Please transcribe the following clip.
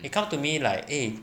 they come to me like eh